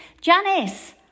Janice